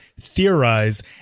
theorize